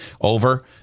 over